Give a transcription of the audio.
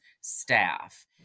staff